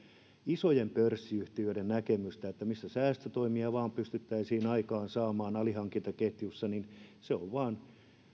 isojen pörssiyhtiöiden näkemystä että mistä säästötoimia vain pystyttäisiin aikaan saamaan alihankintaketjussa niin se on vain